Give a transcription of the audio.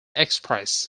express